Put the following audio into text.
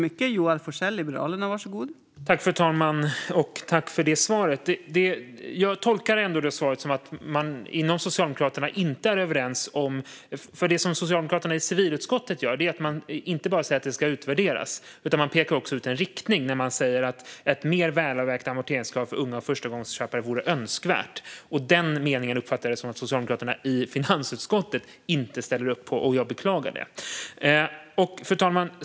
Fru talman! Tack, Björn Wiechel, för svaret! Jag tolkar det ändå som att man inte är överens inom Socialdemokraterna. Socialdemokraterna i civilutskottet säger inte bara att det ska utvärderas utan pekar också ut en riktning och säger att ett mer välavvägt amorteringskrav för unga och förstagångsköpare vore önskvärt. Jag uppfattar det som att Socialdemokraterna i finansutskottet inte ställer upp på den meningen, och jag beklagar detta. Fru talman!